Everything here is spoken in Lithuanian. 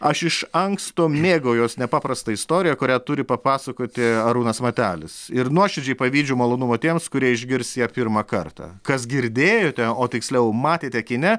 aš iš anksto mėgaujuos nepaprasta istorija kurią turi papasakoti arūnas matelis ir nuoširdžiai pavydžiu malonumo tiems kurie išgirs ją pirmą kartą kas girdėjote o tiksliau matėte kine